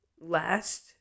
last